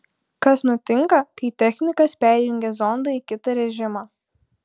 kas nutinka kai technikas perjungia zondą į kitą režimą